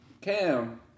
Cam